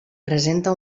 presenta